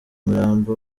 mirambo